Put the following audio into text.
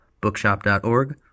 bookshop.org